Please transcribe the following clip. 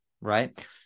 right